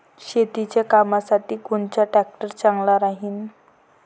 शेतीच्या कामासाठी कोनचा ट्रॅक्टर चांगला राहीन?